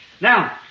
Now